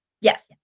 Yes